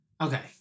Okay